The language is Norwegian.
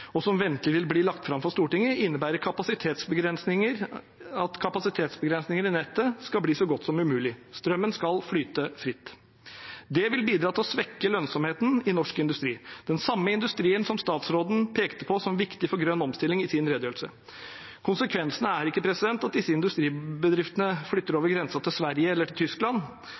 som ventelig vil bli lagt fram for Stortinget, innebærer at kapasitetsbegrensninger i nettet skal bli så godt som umulig. Strømmen skal flyte fritt. Det vil bidra til å svekke lønnsomheten i norsk industri – den samme industrien som statsråden i sin redegjørelse pekte på som viktig for grønn omstilling. Konsekvensen er ikke at disse industribedriftene flytter over grensa til Sverige eller til Tyskland.